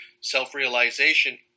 self-realization